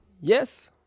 yes